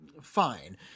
Fine